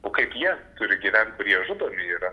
o kaip jie turi gyvent kurie žudomi yra